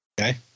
Okay